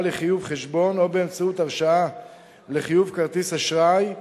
לחיוב חשבון או באמצעות הרשאה לחיוב כרטיס אשראי,